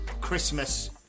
Christmas